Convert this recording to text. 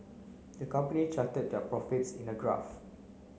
the company charted their profits in a graph